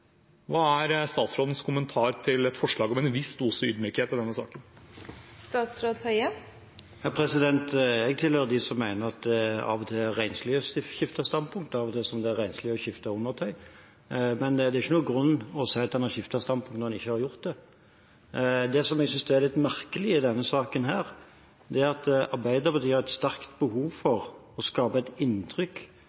Hva er statsrådens kommentar til et forslag om en viss dose ydmykhet i denne saken? Jeg tilhører dem som mener at det av og til er renslig å skifte standpunkt, akkurat som det er renslig å skifte undertøy. Men det er ikke noen grunn til å si at man har skiftet standpunkt når man ikke har gjort det. Det jeg synes er litt merkelig i denne saken, er at Arbeiderpartiet har et sterkt behov